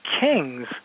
kings